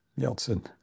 Yeltsin